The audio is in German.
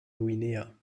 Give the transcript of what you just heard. guinea